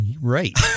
Right